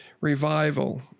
revival